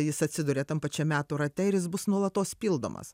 jis atsiduria tam pačiam metų rate ir jis bus nuolatos pildomas